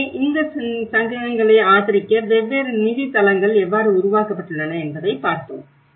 எனவே இந்த சங்கங்களை ஆதரிக்க வெவ்வேறு நிதி தளங்கள் எவ்வாறு உருவாக்கப்பட்டுள்ளன என்பதை பார்த்தோம்